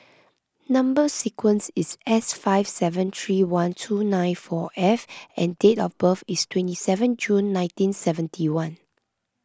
Number Sequence is S five seven three one two nine four F and date of birth is twenty seven June nineteen seventy one